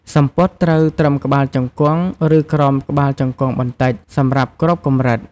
សំពត់ត្រូវត្រឹមក្បាលជង្គង់ ឬក្រោមក្បាលជង្គង់បន្តិច សម្រាប់គ្រប់កម្រិត។